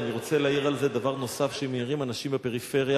ואני רוצה להעיר על זה דבר נוסף שמעירים אנשים בפריפריה,